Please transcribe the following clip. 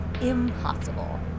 impossible